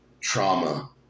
trauma